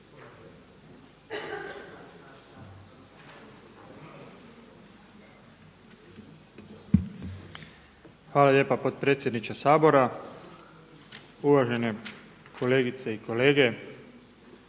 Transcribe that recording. Hvala lijepa potpredsjedniče Sabora. Uvažene kolegice i kolege.